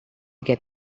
get